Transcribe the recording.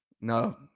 No